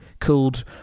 called